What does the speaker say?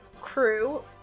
crew